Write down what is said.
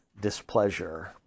displeasure